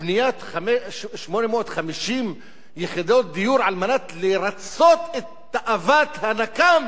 בבניית 850 יחידות דיור על מנת לרצות את תאוות הנקם